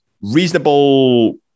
reasonable